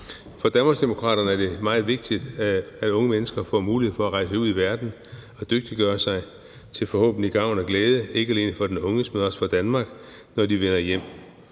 For Danmarksdemokraterne er det meget vigtigt, at unge mennesker får mulighed for at rejse ud i verden og dygtiggøre sig til forhåbentlig gavn og glæde, ikke alene for den unge selv, men også for Danmark, når de vender hjem,